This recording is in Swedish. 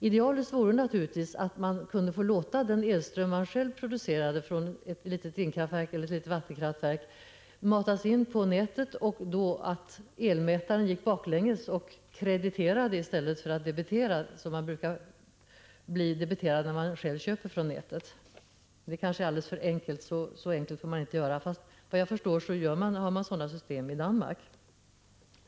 Idealiskt vore naturligtvis att man kunde få låta den elström man själv producerar från ett litet vindkraftverk eller vattenkraftverk matas in på nätet och att elmätaren då gick baklänges och krediterade i stället för att debitera. Det kanske är alldeles för enkelt — så enkelt får man måhända inte göra det. Men såvitt jag förstår har man sådana system i Danmark.